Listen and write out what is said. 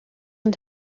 und